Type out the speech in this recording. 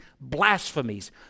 blasphemies